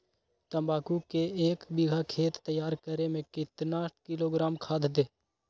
तम्बाकू के एक बीघा खेत तैयार करें मे कितना किलोग्राम खाद दे?